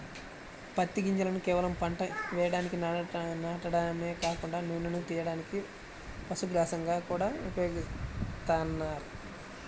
పత్తి గింజలను కేవలం పంట వేయడానికి నాటడమే కాకుండా నూనెను తియ్యడానికి, పశుగ్రాసంగా గూడా ఉపయోగిత్తన్నారు